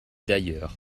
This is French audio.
d’ailleurs